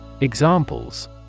Examples